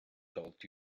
told